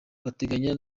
bateganya